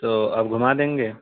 تو آپ گھما دیں گے